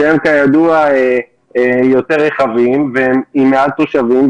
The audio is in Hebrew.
שהם כידוע יותר רחבים והם עם מעט תושבים,